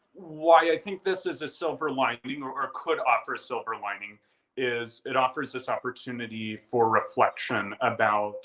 why i think this is a silver lining or or could offer a silver lining is it offers this opportunity for reflection about